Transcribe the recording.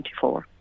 2024